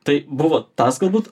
tai buvo tas galbūt